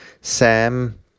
sam